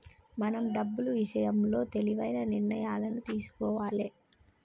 మనం డబ్బులు ఇషయంలో తెలివైన నిర్ణయాలను తీసుకోవాలే